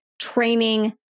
training